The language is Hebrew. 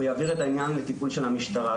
הוא יעביר את העניין לטיפול של המשטרה.